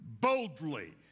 boldly